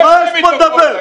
מה יש פה לדבר?